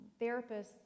therapists